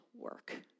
work